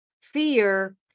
Fear